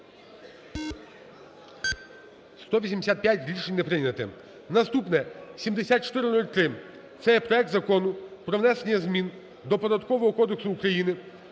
За-185 Рішення не прийнято. Наступне, 7403 – це є проект Закону про внесення змін до Податкового кодексу України